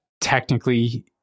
technically